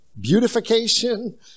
beautification